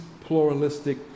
pluralistic